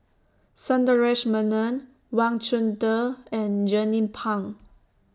Sundaresh Menon Wang Chunde and Jernnine Pang